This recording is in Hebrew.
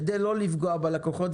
כדי לא לפגוע בלקוחות.